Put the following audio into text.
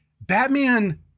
Batman